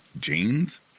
jeans